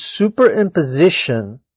superimposition